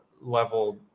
level